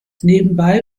nebenbei